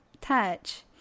touch